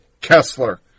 Kessler